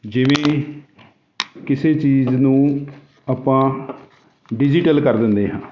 ਜਿਵੇਂ ਕਿਸੇ ਚੀਜ਼ ਨੂੰ ਆਪਾਂ ਡਿਜੀਟਲ ਕਰ ਦਿੰਦੇ ਹਾਂ